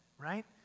right